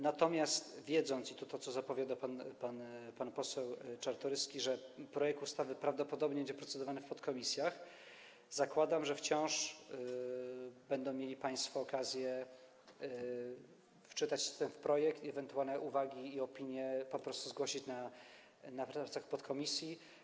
Natomiast wiedząc - to, co zapowiada pan poseł Czartoryski - że projekt ustawy prawdopodobnie będzie procedowany w podkomisjach, zakładam, że wciąż będą mieli państwo okazję wczytać się w ten projekt i ewentualne uwagi i opinie po prostu zgłosić w trakcie prac podkomisji.